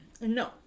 no